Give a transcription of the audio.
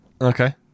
Okay